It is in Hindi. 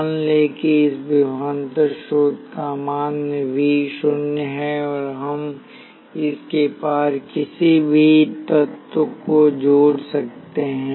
मान लें कि इस विभवांतर स्रोत का मान V शून्य है और हम इसके पार किसी भी तत्व को जोड़ सकते हैं